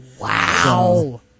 Wow